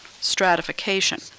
stratification